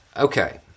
Okay